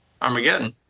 Armageddon